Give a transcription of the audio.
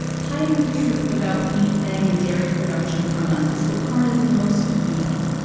hiding the truth about meat, egg, and dairy production from us is what carnism most depends on.